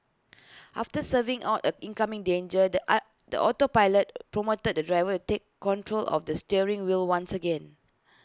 after swerving out A incoming danger the I the autopilot prompted the driver A take control of the steering wheel once again